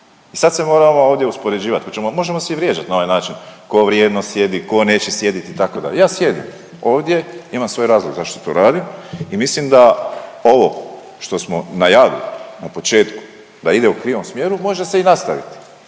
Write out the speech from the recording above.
I sad se moramo ovdje uspoređivat, možemo se i vrijeđat na ovaj način tko vrijedno sjedi, tko neće sjediti itd., ja sjedim ovdje, imam svoj razlog zašto to radim i mislim da ovo što smo najavili na početku da ide u krivom smjeru može se i nastaviti